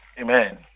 Amen